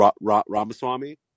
Ramaswamy